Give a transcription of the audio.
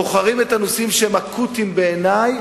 בוחרים את הנושאים שהם אקוטיים בעיני,